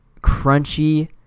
crunchy